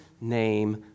name